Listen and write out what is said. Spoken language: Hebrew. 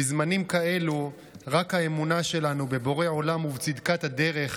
בזמנים כאלו רק האמונה שלנו בבורא עולם ובצדקת הדרך